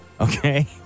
Okay